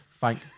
Thank